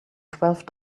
twelve